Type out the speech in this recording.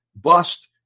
bust